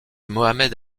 mohammed